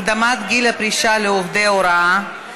הקדמת גיל הפרישה לעובדי הוראה),